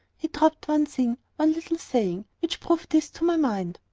he dropped one thing, one little saying, which proved this to my mind.